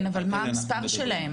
אבל מה מספרם?